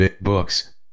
Books